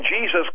Jesus